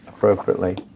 appropriately